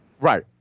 Right